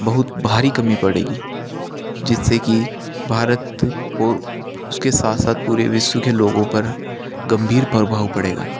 बहुत भारी कमी पड़ेगी जिससे कि भारत और उसके साथ साथ पूरे विश्व के लोगों पर गंभीर प्रभाव पड़ेगा